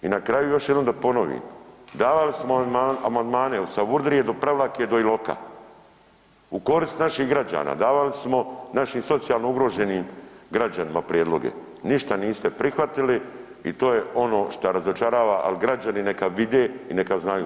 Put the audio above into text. I na kraju još jednom da ponovim, davali smo amandmane od Savudrije do Prevlake do Iloka, u korist naših građana davali smo našim socijalno ugroženim građanima prijedloge, ništa niste prihvatili i to je ono šta razočarava, al građani neka vide i neka znaju.